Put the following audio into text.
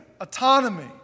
autonomy